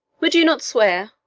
would you not swear,